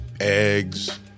eggs